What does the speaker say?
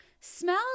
smell